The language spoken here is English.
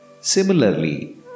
Similarly